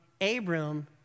Abram